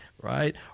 right